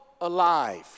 alive